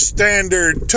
Standard